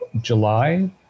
July